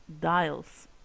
dials